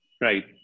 Right